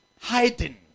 Hiding